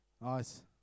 Nice